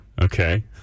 Okay